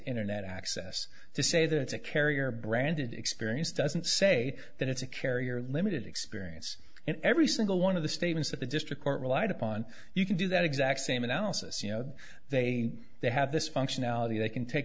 internet access to say it's a carrier branded experience doesn't say that it's a carrier limited experience and every single one of the statements that the district court relied upon you can do that exact same analysis you know they they have this functionality they can take